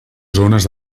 zones